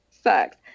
sucks